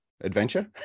adventure